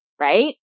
Right